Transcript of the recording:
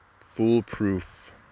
foolproof